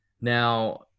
Now